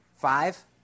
Five